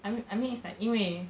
I mean I mean it's like 因为